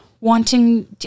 wanting